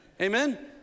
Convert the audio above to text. Amen